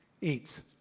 eats